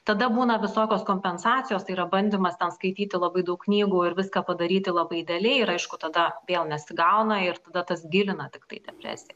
tada būna visokios kompensacijos tai yra bandymas ten skaityti labai daug knygų ir viską padaryti labai idealiai ir aišku tada vėl nesigauna ir tada tas gilina tiktai depresiją